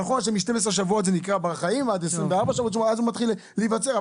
נכון שמ-12 שבועות עד 24 שבועות זה נקרא בר חיים,